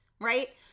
right